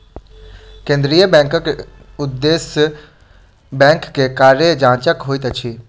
केंद्रीय बैंकक उदेश्य बैंक के कार्य जांचक होइत अछि